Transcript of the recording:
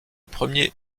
premier